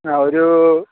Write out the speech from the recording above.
ആ ഒരു